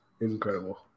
incredible